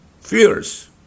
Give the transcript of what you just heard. fierce